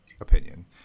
opinion